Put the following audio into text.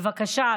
בבקשה,